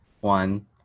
one